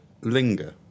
linger